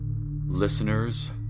Listeners